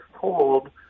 told